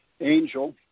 Angel